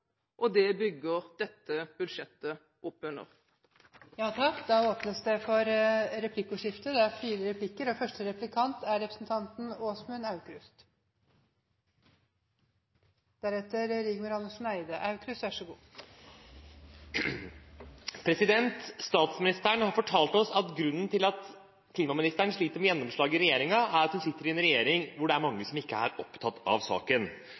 og det bygger dette budsjettet opp under. Det blir replikkordskifte. Statsministeren har fortalt oss at grunnen til at klimaministeren sliter med gjennomslag i regjeringen, er at hun sitter i en regjering hvor det er mange som ikke er opptatt av saken.